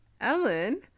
ellen